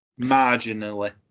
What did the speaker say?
Marginally